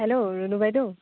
hello Runu বাইদেউ